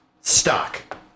stock